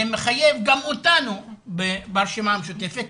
זה מחייב גם אותנו ברשימה המשותפת,